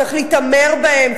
צריך להתעמר בהם,